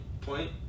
point